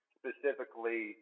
specifically